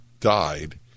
died